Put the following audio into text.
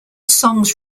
songs